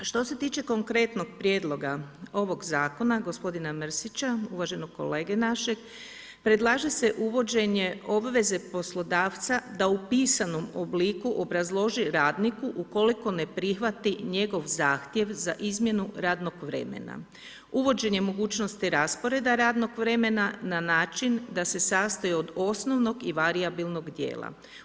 Što se tiče konkretnog prijedloga ovog zakona gospodina Mrsića, uvaženog kolege našeg, predlaže se uvođenje obveze poslodavca da u pisanom obliku obrazloži radniku ukoliko ne prihvati njegov zahtjev za izmjenu radnog vremena, uvođenje mogućnosti rasporeda radnog vremena na način da se sastoji od osnovnog i varijabilnog djela.